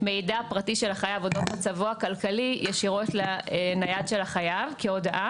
מידע פרטי של החייב אודות מצבו הכלכלי ישירות לנייד שלו כהודעה.